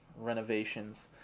renovations